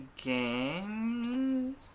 Games